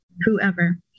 whoever